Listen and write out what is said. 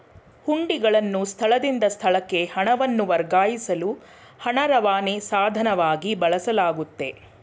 ಹುಂಡಿಗಳನ್ನು ಸ್ಥಳದಿಂದ ಸ್ಥಳಕ್ಕೆ ಹಣವನ್ನು ವರ್ಗಾಯಿಸಲು ಹಣ ರವಾನೆ ಸಾಧನವಾಗಿ ಬಳಸಲಾಗುತ್ತೆ